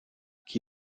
qui